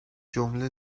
جمله